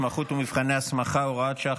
התמחות ומבחני הסמכה) (הוראת שעה,